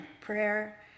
Prayer